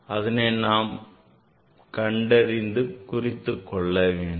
அதனை நாம் கண்டறிந்து இங்கு குறித்துக் கொள்ள வேண்டும்